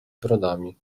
brodami